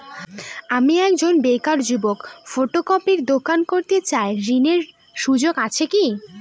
আমি একজন বেকার যুবক ফটোকপির দোকান করতে চাই ঋণের সুযোগ আছে কি?